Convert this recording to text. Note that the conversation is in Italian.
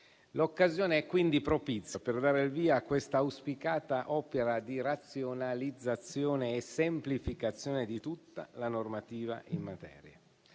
L'occasione è quindi propizia per dare il via a questa auspicata opera di razionalizzazione e semplificazione di tutta la normativa in materia.